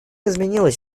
изменилась